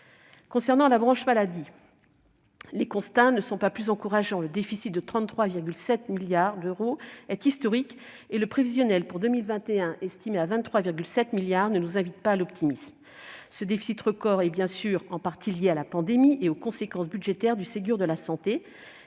Concernant la branche maladie, les constats ne sont pas plus encourageants : le déficit de 33,7 milliards d'euros est historique ; le prévisionnel pour 2021, estimé à 23,7 milliards, ne nous invitent pas à l'optimisme. Ce déficit record est bien sûr en partie lié à la pandémie et aux conséquences budgétaires du Ségur de la santé,